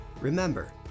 Remember